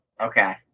Okay